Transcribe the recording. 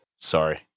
sorry